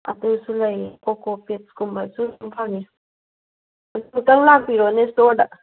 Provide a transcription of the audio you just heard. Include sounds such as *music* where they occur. ꯑꯗꯨꯁꯨ ꯂꯩ ꯀꯣꯀꯣ ꯄꯦꯗ ꯀꯨꯝꯕꯁꯨ ꯑꯗꯨꯝ ꯐꯪꯏ *unintelligible* ꯂꯥꯛꯄꯤꯔꯣꯅꯦ ꯏꯁꯇꯣꯔꯗ